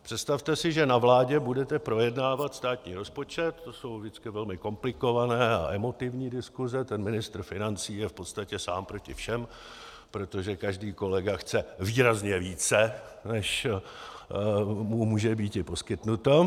Představte si, že ve vládě budete projednávat státní rozpočet, to jsou vždycky velmi komplikované a emotivní diskuse, ten ministr financí je v podstatě sám proti všem, protože každý kolega chce výrazně více, než mu může býti poskytnuto.